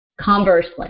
conversely